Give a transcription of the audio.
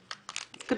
החברה.